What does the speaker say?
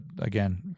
again